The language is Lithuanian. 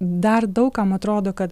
dar daug kam atrodo kad